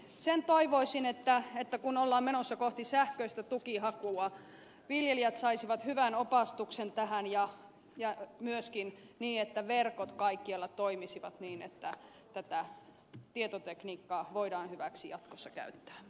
sitä toivoisin että kun ollaan menossa kohti sähköistä tukihakua viljelijät saisivat hyvän opastuksen tähän ja myöskin niin että verkot kaikkialla toimisivat niin että tätä tietotekniikkaa voidaan hyväksi jatkossa käyttää